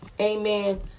Amen